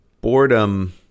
boredom